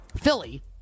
Philly